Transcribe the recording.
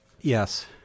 Yes